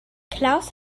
klaus